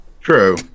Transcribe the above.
True